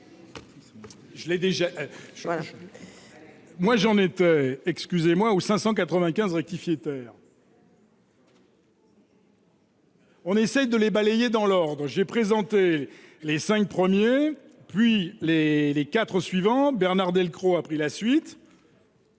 excusez-moi au 595 rectifié terre. On essaie de les balayer dans l'ordre et j'ai présenté les 5 premiers, puis les quatre suivants : Bernard Delcros, a pris la suite.